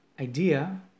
idea